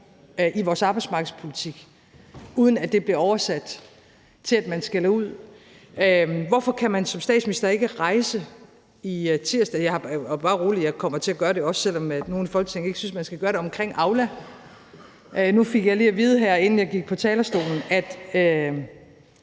i vores arbejdsmarkedspolitik, uden at det bliver oversat til, at man skælder ud? Hvorfor kan man som statsminister ikke rejse en debat om Aula? Bare rolig, jeg kommer til at gøre det, også selv om nogle i Folketinget ikke synes, at man skal gøre det. Nu fik jeg lige at vide her, inden jeg gik på talerstolen, at